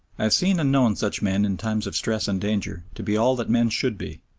i have seen and known such men in times of stress and danger to be all that men should be,